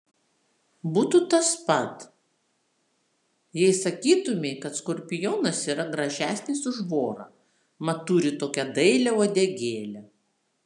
būtų tas pat jei sakytumei kad skorpionas yra gražesnis už vorą mat turi tokią dailią uodegėlę